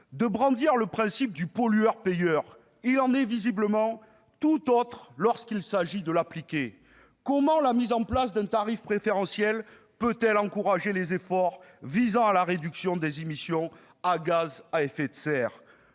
de brandir le principe du pollueur-payeur, semble-t-il, il en va visiblement tout autrement lorsqu'il s'agit de l'appliquer. Comment la mise en place d'un tarif préférentiel peut-elle encourager les efforts visant à la réduction des émissions de gaz à effet de serre ?